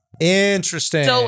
Interesting